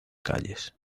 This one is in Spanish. calles